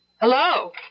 Hello